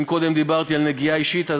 אם קודם דיברתי על נגיעה אישית,